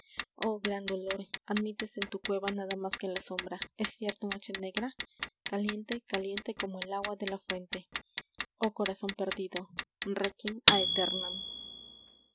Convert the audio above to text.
oh gran dolor admites en tu cueva nada más que la sombra es cierto noche negra caliente caliente como el agua de la fuente oh corazón perdido réquiem